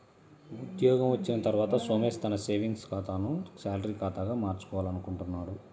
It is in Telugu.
ఉద్యోగం వచ్చిన తర్వాత సోమేష్ తన సేవింగ్స్ ఖాతాను శాలరీ ఖాతాగా మార్చుకోవాలనుకుంటున్నాడు